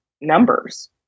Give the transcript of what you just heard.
numbers